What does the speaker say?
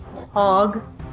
hog